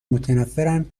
متنفرن